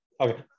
Okay